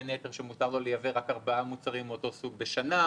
בין היתר שמותר לו לייבא רק ארבעה מוצרים מאותו סוג בשנה,